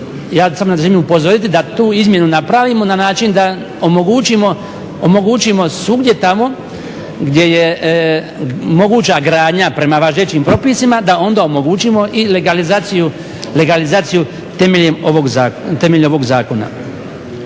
ja samo želim upozoriti da tu izmjenu napravimo na način da omogućimo svugdje tamo gdje je moguća gradnja prema važećim propisima da onda omogućimo i legalizaciju temeljem ovog zakona.